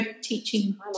teaching